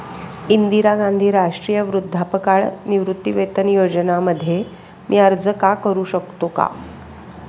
इंदिरा गांधी राष्ट्रीय वृद्धापकाळ निवृत्तीवेतन योजना मध्ये मी अर्ज का करू शकतो का?